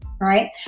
right